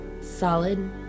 solid